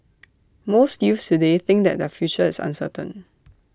most youths today think that their future is uncertain